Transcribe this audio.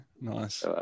nice